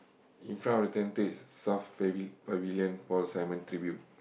in front of the tent states South Pavilion Paul-Simon Tribute